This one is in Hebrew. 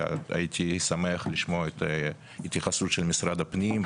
אשמח לשמוע את התייחסות משרד הפנים.